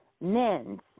Men's